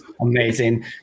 amazing